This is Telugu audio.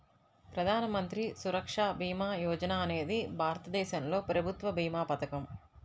ప్రధాన మంత్రి సురక్ష భీమా యోజన అనేది భారతదేశంలో ప్రభుత్వ ప్రమాద భీమా పథకం